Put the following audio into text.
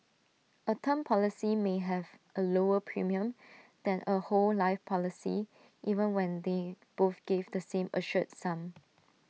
A term policy may have A lower premium than A whole life policy even when they both give the same assured sum